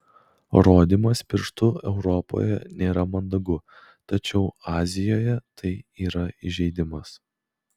rodymas pirštu europoje nėra mandagu tačiau azijoje tai yra įžeidimas